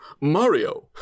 Mario